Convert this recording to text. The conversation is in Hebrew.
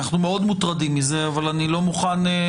אנחנו מאוד מוטרדים מזה אבל אני לא מוכן